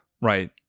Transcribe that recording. right